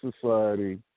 society